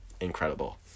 incredible